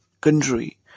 country